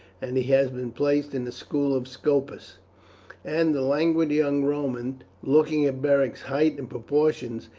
and he has been placed in the school of scopus and the languid young romans, looking at beric's height and proportions,